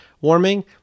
warming